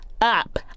up